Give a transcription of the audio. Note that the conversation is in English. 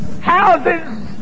houses